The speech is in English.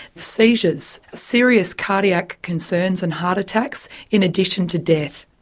seizures, serious cardiac concerns and heart attacks, in addition to death.